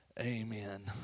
Amen